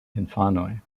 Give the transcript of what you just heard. infanoj